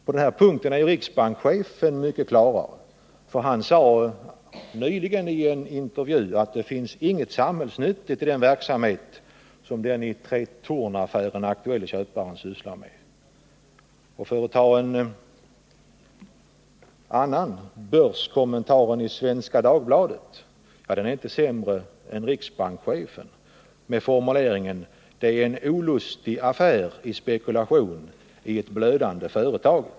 På denna punkt är riksbankschefen mycket klarare, ty han sade nyligen i en intervju att det inte finns någonting samhällsnyttigt i den verksamhet som den i Tretornaffären aktuelle köparen sysslar med. En annan person, börskommentatorn i Svenska Dagbladet, är inte sämre än riksbankschefen med formuleringen: Det är en olustig affär i spekulation i ett blödande företag.